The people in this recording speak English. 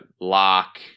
Lock